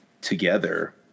together